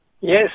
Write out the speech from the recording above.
Yes